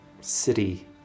city